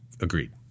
Agreed